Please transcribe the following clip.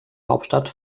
hauptstadt